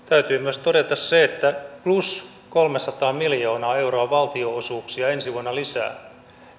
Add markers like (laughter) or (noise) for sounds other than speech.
(unintelligible) täytyy myös todeta se että plus kolmesataa miljoonaa euroa valtionosuuksia ensi vuonna lisää